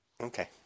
okay